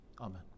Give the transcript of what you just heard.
Amen